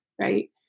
right